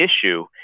issue